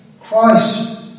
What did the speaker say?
Christ